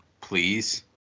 please